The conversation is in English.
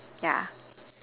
yeah